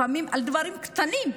לפעמים על דברים קטנים,